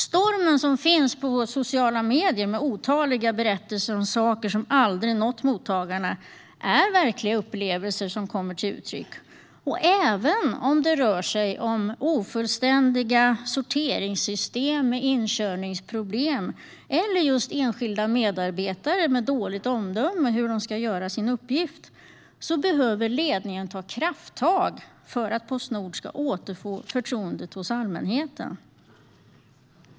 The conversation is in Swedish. Stormen som rasar på sociala medier, med otaliga berättelser om saker som aldrig nått mottagarna, är verkliga upplevelser som kommer till uttryck. Oavsett om det rör sig om ofullständiga sorteringssystem med inkörningsproblem eller just enskilda medarbetare med dåligt omdöme i fråga om hur de ska utföra sin uppgift behöver ledningen ta krafttag för att Postnord ska återfå allmänhetens förtroende.